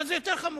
אבל זה יותר חמור.